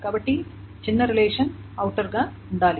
కాబట్టి చిన్న relation outer గా ఉండాలి